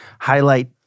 highlight